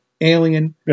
Alien